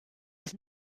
was